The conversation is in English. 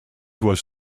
was